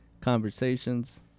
conversations